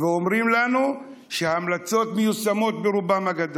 ואומרים לנו שההמלצות מיושמות ברובן הגדול.